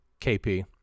kp